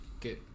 Good